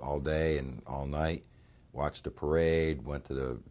all day and all night watch the parade went to the